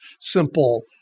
simple